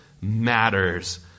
matters